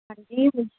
ہاں جی